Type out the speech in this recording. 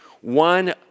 One